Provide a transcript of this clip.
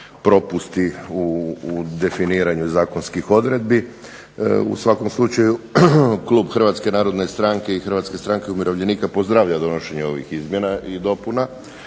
propusti u definiranju zakonskih odredbi. U svakom slučaju klub Hrvatske narodne stranke i Hrvatske stranke umirovljenika pozdravlja donošenje ovih izmjena i dopuna